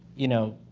you know,